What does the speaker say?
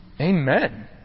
Amen